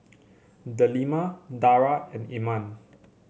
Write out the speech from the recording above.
Delima Dara and Iman